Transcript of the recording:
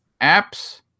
apps